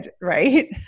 right